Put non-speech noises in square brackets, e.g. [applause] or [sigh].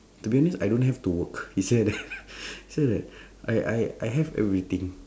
to be honest I don't have to work he say that [laughs] [breath] he say that [breath] I I I have everything